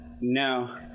no